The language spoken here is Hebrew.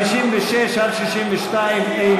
סעיפים 52 62, אין